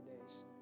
days